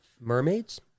Mermaids